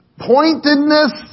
pointedness